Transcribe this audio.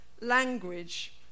language